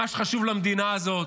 למה שחשוב למדינה הזאת.